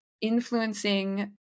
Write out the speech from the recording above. influencing